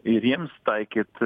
ir jiems taikyt